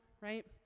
right